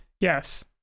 yes